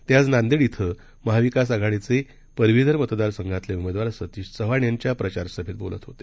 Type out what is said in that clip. ते आज नांदेड इथं महाविकास आघाडीचे पदवीधर मतदारसंघाचे उमेदवार सतीश चव्हाण यांच्या प्रचारार्थ सभेत बोलत होते